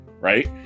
Right